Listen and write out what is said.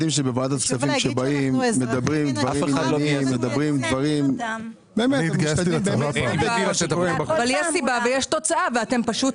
הם מדברים דברים פשוט- -- אבל יש סיבה ויש תוצאה ואתם פשוט